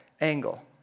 angle